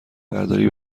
برداری